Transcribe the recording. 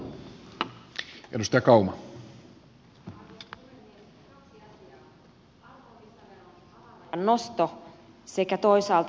arvonlisäveron alarajan nosto sekä toisaalta pankkivero